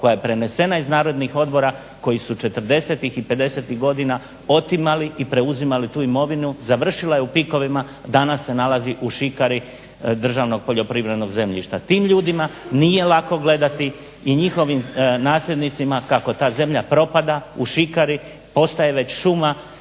koja je prenesena iz narodnih odbora koji su 40-ih i 50-ih godina otimali i preuzimali tu imovinu, završila je u PIK-ovima, danas se nalazi u šikari državnog poljoprivrednog zemljišta. Tim ljudima nije lako gledati i njihovim nasljednicima kako ta zemlje propada u šikari, postaje već šuma,